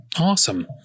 Awesome